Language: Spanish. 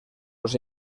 los